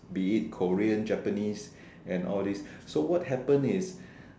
be it Korean Japanese and all this so what happen is